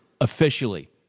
officially